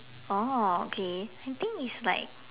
oh okay I think is like